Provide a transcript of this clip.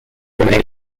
remain